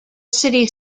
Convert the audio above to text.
city